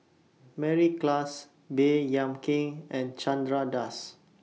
Mary Klass Baey Yam Keng and Chandra Das